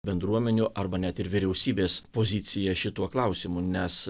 bendruomenių arba net ir vyriausybės poziciją šituo klausimu nes